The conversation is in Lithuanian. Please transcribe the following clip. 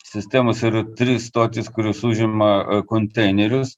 sistemos yra trys stotys kurios užima konteinerius